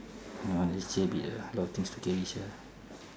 ya leceh a bit ah a lot of things to carry sia